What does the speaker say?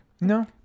No